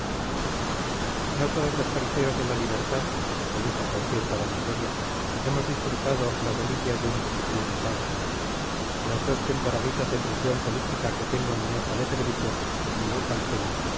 no todos los corifeos de la libertad le dijo con cierta vanagloria hemos disfrutado las delicias de un cuchitril de pago las dos temporaditas de prisión política que tengo en mi hoja de servicios amigo calpena